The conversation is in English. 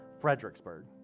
Fredericksburg